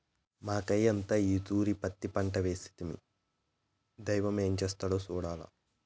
మాకయ్యంతా ఈ తూరి పత్తి పంటేస్తిమి, దైవం ఏం చేస్తాడో సూడాల్ల